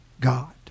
God